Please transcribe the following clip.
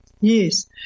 Yes